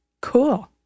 cool